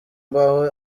mbaho